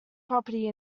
property